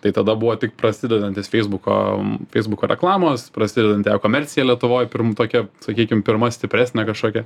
tai tada buvo tik prasidedantis feisbuko feisbuko reklamos prasidedanti ekomercija lietuvoj pirmtakė sakykim pirma stipresnė kažkokia